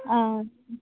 ఆ